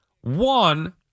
One